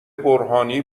برهانی